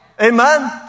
Amen